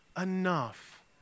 enough